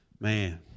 Man